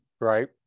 right